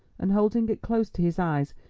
and, holding it close to his eyes,